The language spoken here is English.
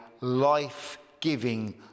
life-giving